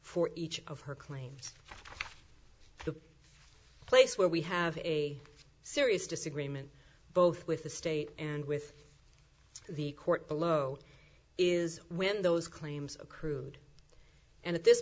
for each of her claims the place where we have a serious disagreement both with the state and with the court below is when those claims of crude and at this